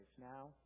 now